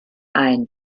ein